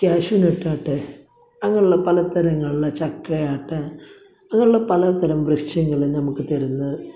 cashew nut ആകട്ടേ അങ്ങനെയുള്ള പല തരങ്ങളിലുള്ള ചക്കയാകട്ടെ അങ്ങനെയുള്ള പല തരം വൃക്ഷങ്ങളും നമുക്ക് തരുന്ന